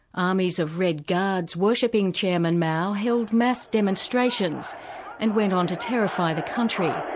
armies of red guards worshipping chairman mao held mass demonstrations and went on to terrify the country.